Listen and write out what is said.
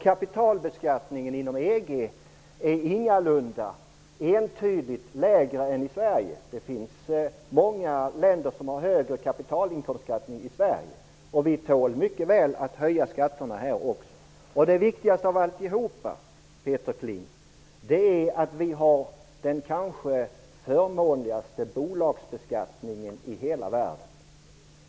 Kapitalbeskattningen inom EG är ingalunda entydigt lägre än i Sverige. Det finns många länder som har högre kapitalinkomstskatt än Sverige. Vi tål mycket väl att höja skatterna här också. Det viktigaste av allt, Peter Kling, är att vi har den kanske förmånligaste bolagsbeskattningen i hela världen.